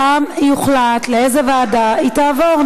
שם יוחלט לאיזו ועדה היא תועבר.